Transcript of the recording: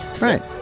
Right